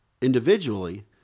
individually